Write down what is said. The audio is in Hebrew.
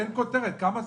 תן כותרת כמה זה?